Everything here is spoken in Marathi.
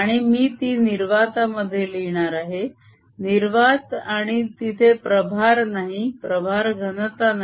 आणि मी ती निर्वातामध्ये लिहिणार आहे निर्वात आणि तिथे प्रभार नाही प्रभार घनता नाही